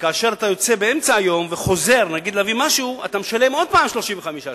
שכאשר אתה יוצא באמצע היום וחוזר להביא משהו אתה משלם עוד הפעם 35 שקל.